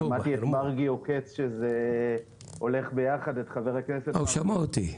מרגי עוקץ שזה הולך ביחד --- הוא שמע אותי.